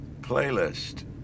Playlist